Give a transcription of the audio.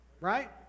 Right